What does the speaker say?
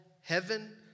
heaven